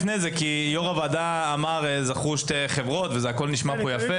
לפני כן כי יושב ראש הוועדה אמר שזכו שתי חברות והכול נשמע כאן יפה.